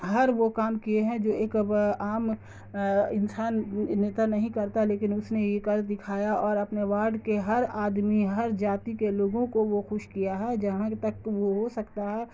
ہر وہ کام کیے ہیں جو ایک عام انسان نیتا نہیں کرتا لیکن اس نے یہ کر دکھایا اور اپنے وارڈ کے ہر آدمی ہر جاتی کے لوگوں کو وہ خوش کیا ہے تک وہ ہو سکتا ہے